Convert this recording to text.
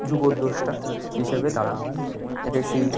যুবদ্রষ্টা হিসাবে তারা একেকটি